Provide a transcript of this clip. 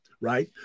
right